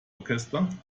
orchester